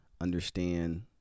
understand